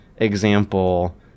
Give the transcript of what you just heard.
example